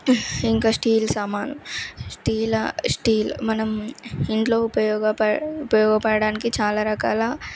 ఇంకా స్టీల్ సామాన్ స్టీల్ మనం ఇంట్లో ఉపయోగపడడానికి చాలా రకాల